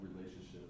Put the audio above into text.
relationship